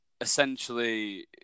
essentially